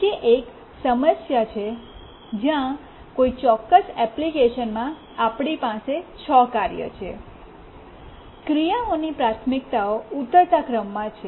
નીચે એક સમસ્યા છે જ્યાં કોઈ ચોક્કસ એપ્લિકેશનમાં આપણી પાસે 6 કાર્યો છે ક્રિયાઓની પ્રાથમિકતાઓ ઉતરતા ક્રમમાં છે